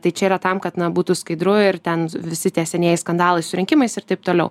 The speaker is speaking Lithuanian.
tai čia yra tam kad na būtų skaidru ir ten visi tie senieji skandalai su rinkimais ir taip toliau